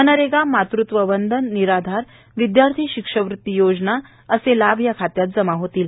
मनरेगा मातृत्ववंदन निराधार विध्यार्थी शिष्यवत्ती योजनांचे लाभ या खात्यात जमा होतील